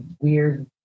weird